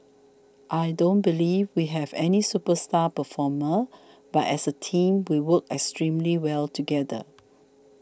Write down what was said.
I don't believe we have any superstar performer but as a team we work extremely well together